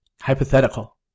hypothetical